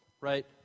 right